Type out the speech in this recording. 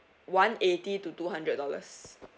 one eighty to two hundred dollars